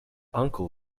uncle